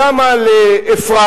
גם על אפרת,